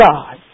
God